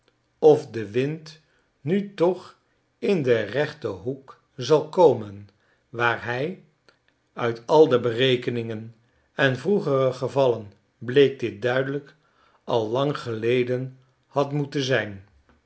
of de windnu toch in den rechten hoek zal komen waar hij uit al de berekeningen en vroegere gevallen bleek dit duidelijk al lang geleden had moeten zijn